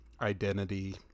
identity